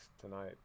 tonight